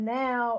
now